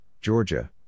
Georgia